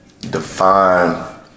define